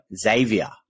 Xavier